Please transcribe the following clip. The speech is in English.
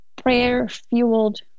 prayer-fueled